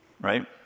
Right